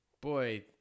boy